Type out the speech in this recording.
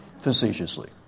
facetiously